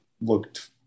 looked